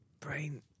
brain